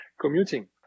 commuting